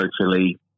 socially